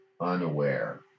unaware